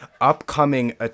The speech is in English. upcoming